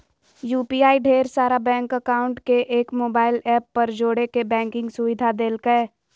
UPI ढेर सारा bank account के एक मोबाइल ऐप पर जोड़े के बैंकिंग सुविधा देलकै